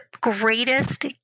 greatest